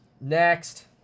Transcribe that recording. next